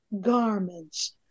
garments